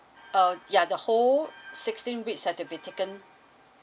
uh ya the whole sixteen weeks have to be taken